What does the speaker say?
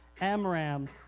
Amram